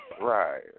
Right